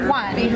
one